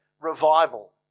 revival